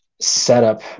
setup